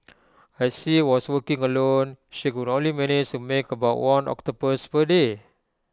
as she was working alone she could only manage to make about one octopus per day